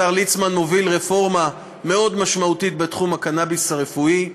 השר ליצמן מוביל רפורמה משמעותית מאוד בתחום הקנאביס הרפואי.